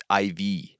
IV